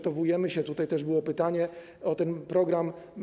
Tutaj też było pytanie o ten program.